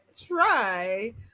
try